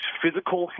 physical